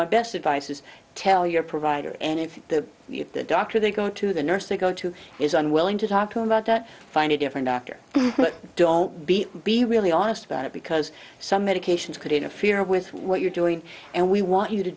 my best advice is tell your provider and if the doctor they go to the nurse to go to is unwilling to talk to about or find a different doctor but don't be be really honest about it because some medications could interfere with what you're doing and we want you to